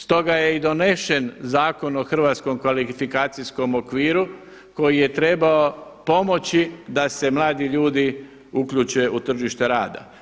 Stoga je i donesen Zakon o hrvatskom kvalifikacijskom okviru koji je trebao pomoći da se mladi ljudi uključe u tržište rada.